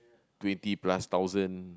twenty plus thousand